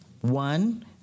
one